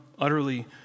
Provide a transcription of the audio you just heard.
utterly